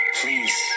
please